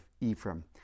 Ephraim